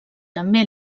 també